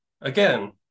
again